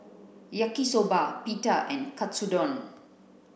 Yaki Soba Pita and Katsudon